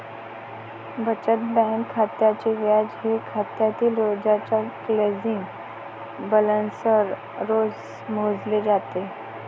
बचत बँक खात्याचे व्याज हे खात्यातील रोजच्या क्लोजिंग बॅलन्सवर रोज मोजले जाते